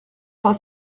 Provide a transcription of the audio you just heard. pas